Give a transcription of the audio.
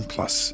Plus